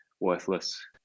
worthless